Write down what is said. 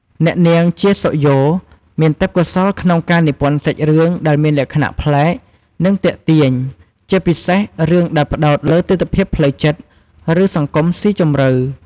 អ្នកនាង ជា សុខយ៉ូ មានទេពកោសល្យក្នុងការនិពន្ធសាច់រឿងដែលមានលក្ខណៈប្លែក និងទាក់ទាញ ជាពិសេសរឿងដែលផ្តោតលើទិដ្ឋភាពផ្លូវចិត្ត ឬសង្គមស៊ីជម្រៅ។